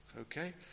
okay